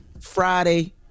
Friday